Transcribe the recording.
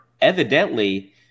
Evidently